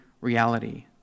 reality